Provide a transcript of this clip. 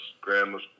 grandmas